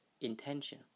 intention